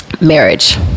marriage